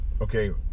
Okay